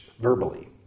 verbally